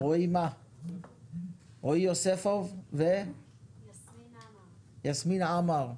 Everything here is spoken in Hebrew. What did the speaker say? רועי יוספוב ויסמין עמר.